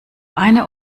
eine